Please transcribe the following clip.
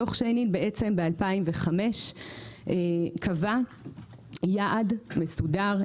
דוח שיינין ב-2005 קבע יעד מסודר,